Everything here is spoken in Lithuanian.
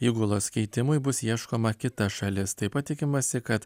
įgulos keitimui bus ieškoma kita šalis taip pat tikimasi kad